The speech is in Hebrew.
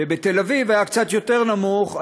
ובתל-אביב זה היה קצת יותר נמוך,